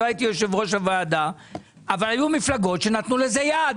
לא הייתי יושב ראש הוועדה אבל היו מפלגות שנתנו לזה יד.